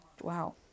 wow